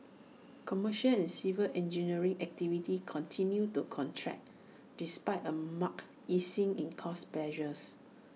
commercial and civil engineering activity continued to contract despite A marked easing in cost pressures